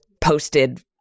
posted